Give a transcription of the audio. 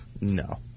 No